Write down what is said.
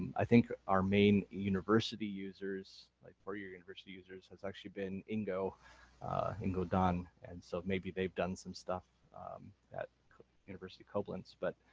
i think our main university users, users, like four-year university users, has actually been ingo ingo dahn, and so maybe they've done some stuff at university koblenz, but